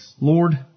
Lord